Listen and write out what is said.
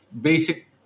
basic